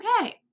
okay